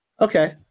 Okay